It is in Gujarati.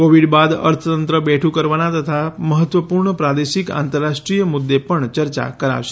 કોવિડ બાદ અર્થતંત્ર બેઠું કરવાના તથા મહત્વપૂર્ણ પ્રાદેશિક આંતરરાષ્ટ્રીય મુદ્દે પણ ચર્ચા કરાશે